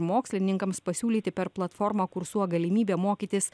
mokslininkams pasiūlyti per platformą kursuo galimybę mokytis